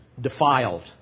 defiled